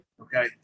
Okay